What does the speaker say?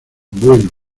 bueno